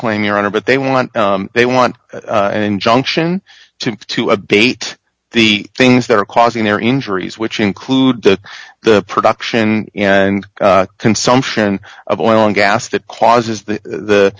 claim your honor but they were and they want an injunction to to abate the things that are causing their injuries which include the production and consumption of oil and gas that causes the